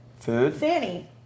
Fanny